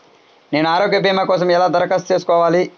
నేను ఆరోగ్య భీమా కోసం ఎలా దరఖాస్తు చేసుకోవాలి?